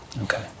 Okay